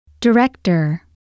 Director